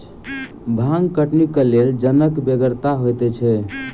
भांग कटनीक लेल जनक बेगरता होइते छै